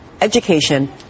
education